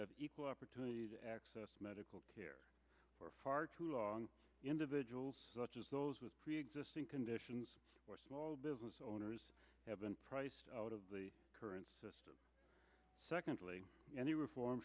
have equal opportunity to access medical care for far too long individuals such as those with preexisting conditions or small business owners have been priced out of the current system secondly any reform